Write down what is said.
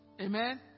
Amen